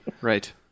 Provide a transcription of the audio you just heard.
Right